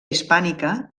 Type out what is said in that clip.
hispànica